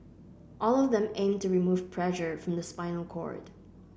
all of them aim to remove pressure from the spinal cord